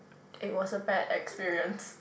it was a bad experience